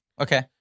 Okay